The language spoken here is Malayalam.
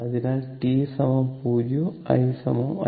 അതിനാൽ t 0 i i0